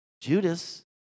Judas